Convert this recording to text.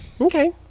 Okay